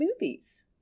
movies